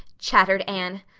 chattered anne,